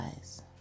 eyes